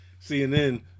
CNN